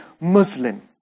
Muslim